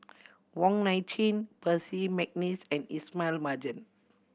Wong Nai Chin Percy McNeice and Ismail Marjan